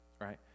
right